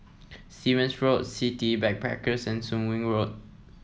Stevens Road City Backpackers and Soon Wing Road